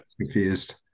confused